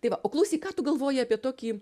tai va o klausyk ką tu galvoji apie tokį